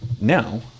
Now